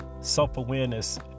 self-awareness